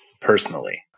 personally